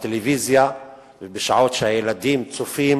בטלוויזיה בשעות שהילדים צופים